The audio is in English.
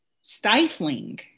stifling